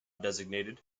designated